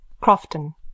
Crofton